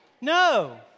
No